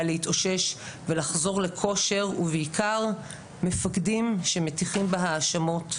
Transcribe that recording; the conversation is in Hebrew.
להתאושש ולחזור לכושר ובעיקר מפקדים שמטיחים בה האשמות,